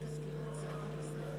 התשע"ג 2013,